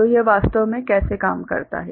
तो यह वास्तव में कैसे काम करता है